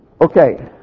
Okay